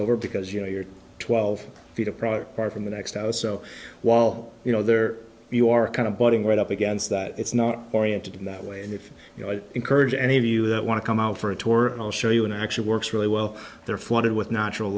over because you know you're twelve feet a proper far from the next house so while you know there you are kind of budding right up against that it's not oriented in that way and if you know i encourage any of you that want to come out for a tour show you an actually works really well they're flooded with natural